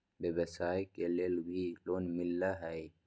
व्यवसाय के लेल भी लोन मिलहई?